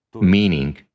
Meaning